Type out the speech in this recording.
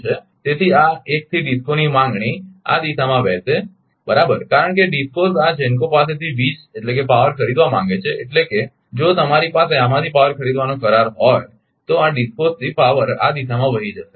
તેથી આ 1 થી ડિસ્કોની માગણી આ દિશામાં વહેશે બરાબર કારણ કે DISCO આ GENCO પાસેથી વીજ ખરીદવા માંગે છે એટલે કે જો તમારી પાસે આમાંથી પાવર ખરીદવાનો કરાર હોય તો આ DISCOs થી પાવર આ દિશામાં વહી જશે